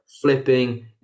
flipping